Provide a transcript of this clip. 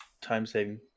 time-saving